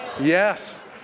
Yes